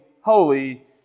holy